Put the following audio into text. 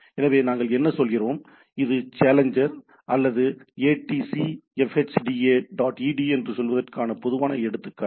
எனவே நாங்கள் என்ன சொல்கிறோம் இது சேலஞ்சர் அல்லது "atc fhda dot edu" என்று சொல்வதற்கான பொதுவான எடுத்துக்காட்டு